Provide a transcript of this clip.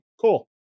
cool